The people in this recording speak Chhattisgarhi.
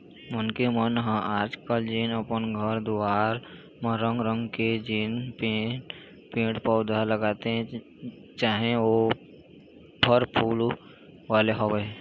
मनखे मन ह आज कल जेन अपन घर दुवार म रंग रंग के जेन पेड़ पउधा लगाथे चाहे ओ फर फूल वाले होवय